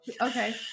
Okay